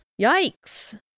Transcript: Yikes